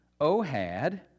Ohad